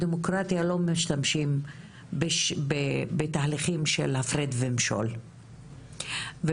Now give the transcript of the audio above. בדמוקרטיה לא משתמשים בתהליכים של הפרד ומשול ובדמוקרטיות